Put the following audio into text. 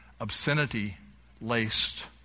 obscenity-laced